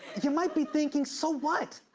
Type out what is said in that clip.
you might be thinking, so what?